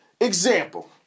example